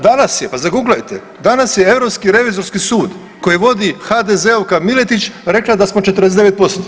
Danas je, pa zaguglajte, danas je Europski revizorski sud koji vodi HDZ-ovka Miletić rekla da smo 49%